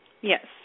Yes